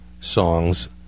songs